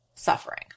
Suffering